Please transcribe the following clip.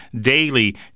daily